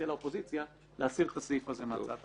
לבין האופוזיציה להסיר את הסעיף הזה מהצעת החוק.